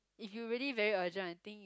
if you really very urgent I think